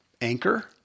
anchor